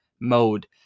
mode